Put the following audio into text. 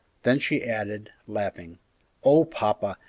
then she added, laughing oh, papa,